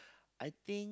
I think